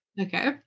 Okay